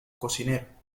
cocinero